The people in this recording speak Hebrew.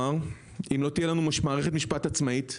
אם לא תהיה לנו מערכת משפט עצמאית,